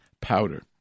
powder